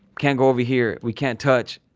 can't go over here, we can't touch.